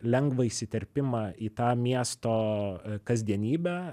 lengvą įsiterpimą į tą miesto kasdienybę